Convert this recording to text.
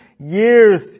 years